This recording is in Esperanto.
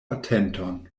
atenton